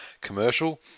Commercial